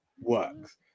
works